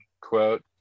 quote